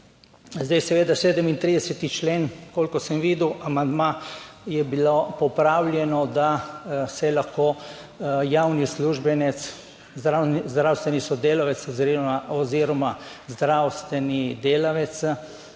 zdaj seveda, 37. člen, kolikor sem videl amandma, je bilo popravljeno, da se lahko javni uslužbenec, zdravstveni sodelavec oziroma, oziroma zdravstveni delavec